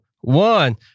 one